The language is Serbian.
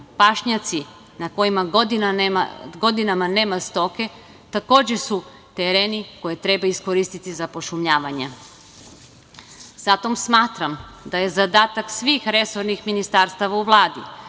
pašnjaci na kojima godinama nema stoke takođe su tereni koje treba iskoristiti za pošumljavanje. Zato smatram da je zadatak svih resornih ministarstava u Vladi,